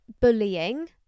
bullying